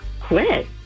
quit